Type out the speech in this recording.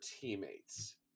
teammates